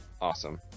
Awesome